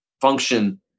function